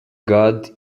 god